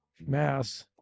Mass